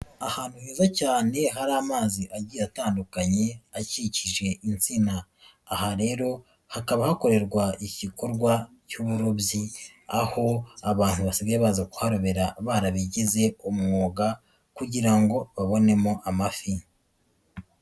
Ahantu heza cyane hari amazi agiye atandukanye akikije insina, aha rero hakaba hakorerwa igikorwa cy'uburobyi, aho abantu basigaye baza kuharobera barabigize umwuga kugira ngo babonemo amafi.